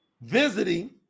Visiting